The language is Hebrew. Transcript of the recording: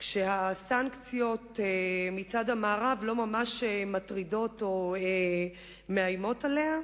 הסנקציות מצד המערב לא ממש מטרידות אותה או מאיימות עליה,